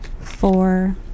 four